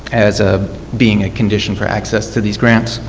as ah being a condition for access to these grants.